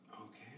Okay